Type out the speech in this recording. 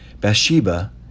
Bathsheba